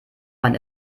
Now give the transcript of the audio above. man